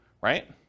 right